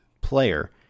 player